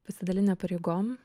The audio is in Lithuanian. pasidalinę pareigom